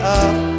up